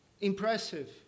impressive